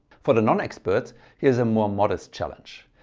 for the non experts here's a more modest challenge.